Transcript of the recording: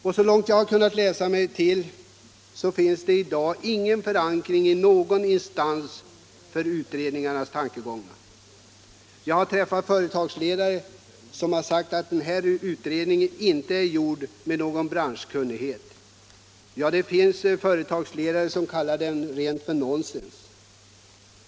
Enligt vad jag har kunnat finna när jag läst materialet i denna fråga finns det i dag inte förankring i några instanser för utredningens tankegångar. Jag har träffat företagsledare som sagt att denna utredning inte är gjord med någon branschkunnighet. Ja, det finns företagsledare som kallar den rent nonsens.